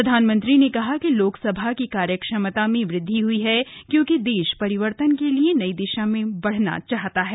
प्रधानमंत्री ने कहा कि लोकसभा की कार्य क्षमता में वृद्धि हई है क्योंकि देश परिवर्तन के लिए नई दिशा में बढना चाहता है